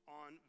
on